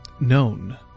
known